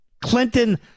Clinton